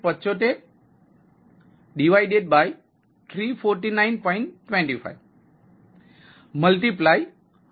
25100 96